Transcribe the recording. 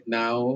now